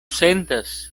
sentas